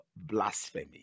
blasphemy